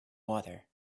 water